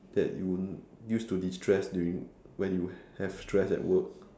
that you use to destress during when you have stress at work